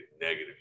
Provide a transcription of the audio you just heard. negative